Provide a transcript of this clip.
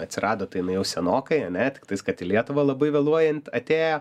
atsirado tai jinai jau senokai ane tiktais kad į lietuvą labai vėluojant atėjo